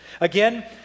Again